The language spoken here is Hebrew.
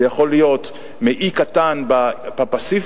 זה יכול להיות מאי קטן בפסיפיק,